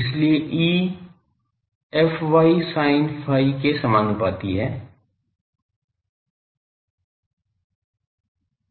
इसलिए E fy sin phi के समानुपाती है